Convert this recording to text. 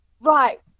Right